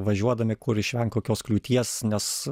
važiuodami kur išvengt kokios kliūties nes